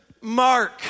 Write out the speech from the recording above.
Mark